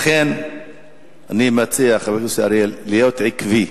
לכן אני מציע, חבר הכנסת אריאל, להיות עקבי.